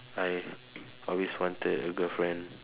I always wanted a girlfriend